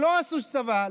שלא עשו צבא,